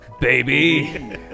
baby